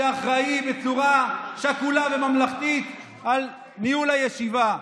שאחראי בצורה שקולה וממלכתית לניהול הישיבה.